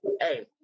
Hey